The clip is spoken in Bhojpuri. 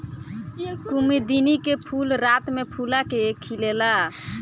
कुमुदिनी के फूल रात में फूला के खिलेला